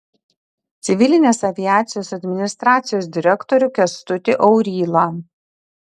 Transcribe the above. civilinės aviacijos administracijos direktorių kęstutį aurylą